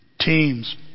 Teams